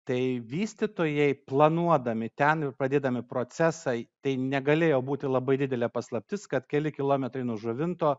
tai vystytojai planuodami ten ir pradėdami procesą tai negalėjo būti labai didelė paslaptis kad keli kilometrai nuo žuvinto